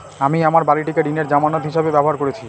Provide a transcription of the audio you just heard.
আমি আমার বাড়িটিকে ঋণের জামানত হিসাবে ব্যবহার করেছি